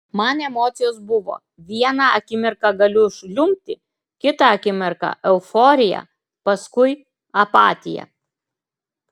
man emocijos buvo vieną akimirką galiu žliumbti kitą akimirką euforija paskui apatija